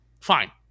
Fine